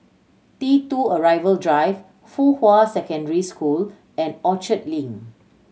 T Two Arrival Drive Fuhua Secondary School and Orchard Link